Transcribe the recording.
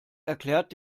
erklärt